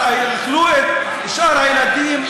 אז אכלו את שאר הילדים.